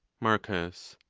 marcus.